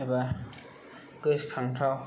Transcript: एबा गोसोखांथाव